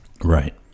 Right